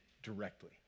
Directly